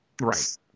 Right